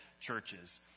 churches